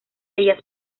ellas